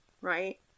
right